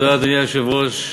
אדוני היושב-ראש,